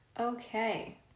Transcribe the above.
okay